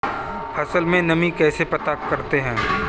फसल में नमी कैसे पता करते हैं?